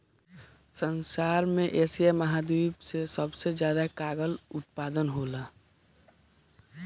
संसार में एशिया महाद्वीप से सबसे ज्यादा कागल कअ उत्पादन होला